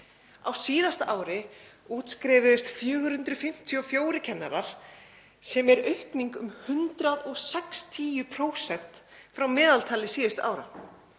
Á síðasta ári útskrifuðust 454 kennarar sem er aukning um 160% frá meðaltali síðustu ára.